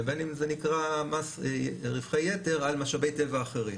ובין אם זה נקרא מס רווחי יתר על משאבי טבע אחרים.